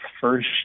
first